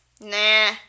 Nah